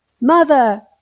Mother